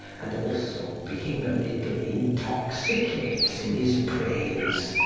and also being a little intoxicates in his praines,